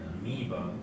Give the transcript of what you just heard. amoeba